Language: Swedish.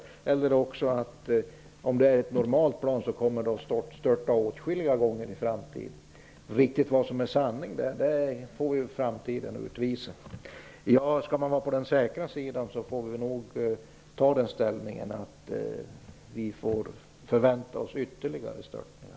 Det andra resonemanget är att det kommer att störta åtskilliga gånger i framtiden, om det är ett normalt plan. Vad som är riktigt sant får framtiden utvisa. Om vi skall vara på den säkra sidan får vi nog förvänta oss ytterligare störtningar.